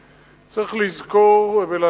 צריך לזכור ולהזכיר